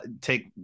take